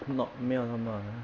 not 没有那么